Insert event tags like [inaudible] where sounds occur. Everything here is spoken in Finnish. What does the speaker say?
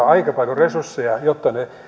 [unintelligible] aika paljon resursseja jotta ne